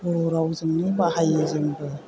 बर' रावजोंनो बाहायो जोंबो